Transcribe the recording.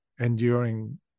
enduring